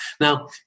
Now